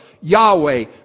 Yahweh